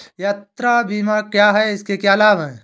यात्रा बीमा क्या है इसके क्या लाभ हैं?